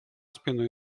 спину